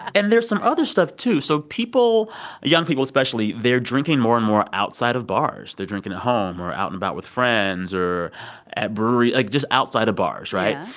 and there's some other stuff too. so people young people especially, they're drinking more and more outside of bars. they're drinking at home or out and about with friends or at brewery like, just outside of bars, right?